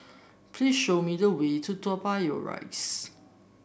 please show me the way to Toa Payoh Rise